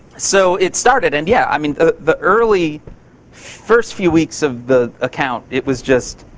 so, it started. and yeah, i mean the the early first few weeks of the account, it was just,